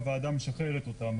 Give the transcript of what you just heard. הצו.